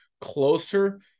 closer